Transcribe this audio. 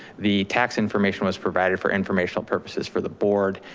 the tax information was provided for informational purposes for the board,